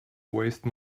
waste